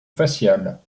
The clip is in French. faciale